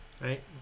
Right